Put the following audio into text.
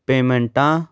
ਪੇਮੈਂਟਾਂ